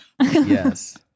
Yes